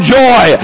joy